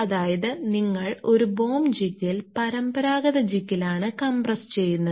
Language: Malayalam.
അതായത് നിങ്ങൾ ഒരു ബോം ജിഗിൽ പരമ്പരാഗത ജിഗിലാണ് കംപ്രെസ്സ് ചെയ്യുന്നത്